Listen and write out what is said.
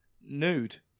Nude